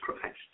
Christ